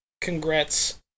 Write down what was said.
Congrats